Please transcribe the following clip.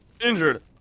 Injured